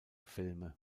filme